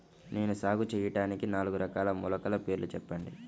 నేను సాగు చేయటానికి నాలుగు రకాల మొలకల పేర్లు చెప్పండి?